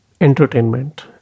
entertainment